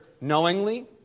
knowingly